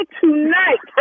tonight